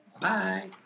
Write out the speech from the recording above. Bye